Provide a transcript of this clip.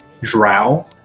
drow